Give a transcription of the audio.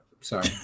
Sorry